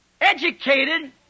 educated